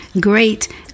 great